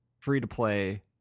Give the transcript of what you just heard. free-to-play